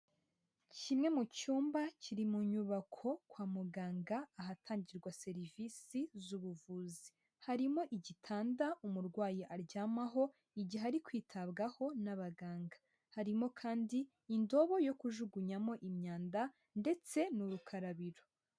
Kimwe mu cyumba kiri mu nyubako kwa muganga ahatangirwa serivisi z'ubuvuzi. Harimo igitanda umurwayi aryamaho igihe ari kwitabwaho n'abaganga. Harimo kandi indobo yo kujugunyamo imyanda ndetse n'urukarabiro.